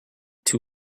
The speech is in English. too